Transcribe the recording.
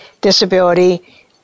disability